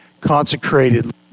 consecrated